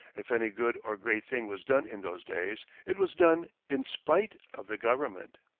if any good or great thing was done in those days, it was done in spite of the government.